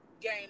game